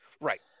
Right